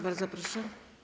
Bardzo proszę.